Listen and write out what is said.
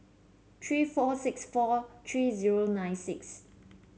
three four six four three zero nine six